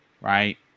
right